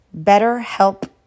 BetterHelp